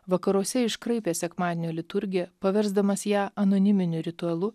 vakaruose iškraipė sekmadienio liturgiją paversdamas ją anoniminiu ritualu